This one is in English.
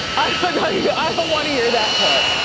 i yeah don't wanna hear that part.